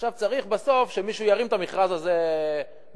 עכשיו צריך בסוף שמישהו ירים את המכרז הזה מהמדף.